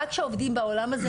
רק שעובדים בעולם הזה,